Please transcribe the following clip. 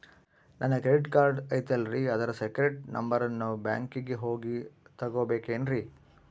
ನನ್ನ credit card ಐತಲ್ರೇ ಅದರ ಸೇಕ್ರೇಟ್ ನಂಬರನ್ನು ಬ್ಯಾಂಕಿಗೆ ಹೋಗಿ ತಗೋಬೇಕಿನ್ರಿ?